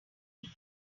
pain